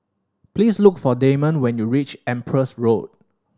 please look for Damond when you reach Empress Road